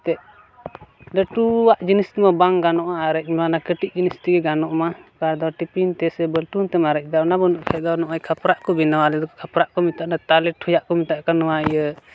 ᱛᱮᱫ ᱞᱟᱹᱴᱩᱣᱟᱜ ᱡᱤᱱᱤᱥ ᱢᱟ ᱵᱟᱝ ᱜᱟᱱᱚᱜᱼᱟ ᱟᱨᱮᱡᱼᱢᱟ ᱚᱱᱟ ᱠᱟᱹᱴᱤᱡ ᱡᱤᱱᱤᱥ ᱛᱮᱜᱮ ᱜᱟᱱᱚᱜᱼᱢᱟ ᱚᱠᱟ ᱫᱚ ᱴᱤᱯᱤᱱ ᱛᱮᱥᱮ ᱵᱟᱹᱞᱴᱤᱱᱛᱮᱢ ᱟᱨᱮᱡᱫᱟ ᱚᱱᱟ ᱵᱟᱹᱱᱩᱜ ᱠᱷᱟᱡ ᱫᱚ ᱱᱚᱜᱼᱚᱸᱭ ᱠᱷᱟᱯᱨᱟᱜ ᱠᱚ ᱵᱮᱱᱟᱣᱟ ᱟᱞᱮ ᱫᱚ ᱠᱷᱟᱯᱨᱟᱜ ᱠᱚ ᱢᱮᱛᱟᱜᱼᱟ ᱚᱱᱟ ᱛᱟᱞᱮ ᱴᱷᱚᱭᱟᱜ ᱠᱚ ᱢᱮᱛᱟᱜ ᱱᱚᱣᱟ ᱤᱭᱟᱹ